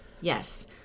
Yes